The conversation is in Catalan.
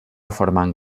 formant